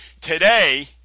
Today